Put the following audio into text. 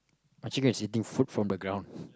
my chickens eating food from the ground